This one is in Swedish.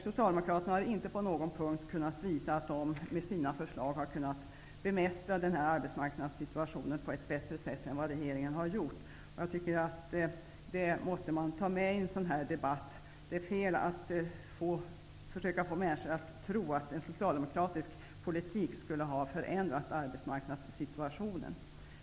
Socialdemokraterna har inte på någon punkt kunnat visa att de med sina förslag hade bemästrat dagens situation på arbetsmarknaden bättre än vad regeringen har gjort. Jag tycker att det måste man ta med i en sådan här debatt. Det är fel att försöka att få människor att tro att en socialdemokratisk politik skulle ha förändrat arbetsmarknadssituationen.